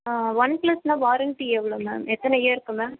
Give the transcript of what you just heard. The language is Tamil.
ஒன் ப்ளஸ்ஸுனா வாரண்ட்டி எவ்வளோ மேம் எத்தனை இயருக்கு மேம்